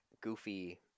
goofy